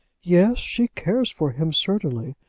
yes, she cares for him, certainly.